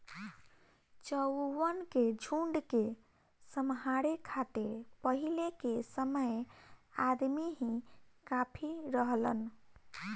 चउवन के झुंड के सम्हारे खातिर पहिले के समय अदमी ही काफी रहलन